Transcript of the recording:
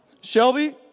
Shelby